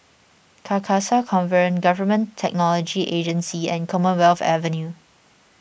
Carcasa Convent Government Technology Agency and Commonwealth Avenue